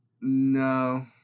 No